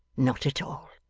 not at all.